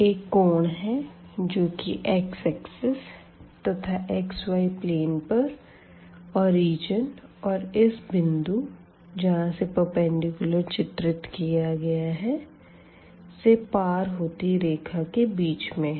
एक कोण है जो की x एक्सिस तथा xy प्लेन पर ओरिजिन और इस बिंदु जहां से प्रपेंडिकूलर चित्रित किया गया है से पार होती रेखा के बीच में है